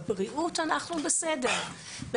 בבריאות אנחנו בסדר.